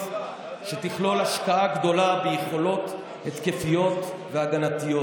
שתכלול השקעה גדולה ביכולות התקפיות והגנתיות.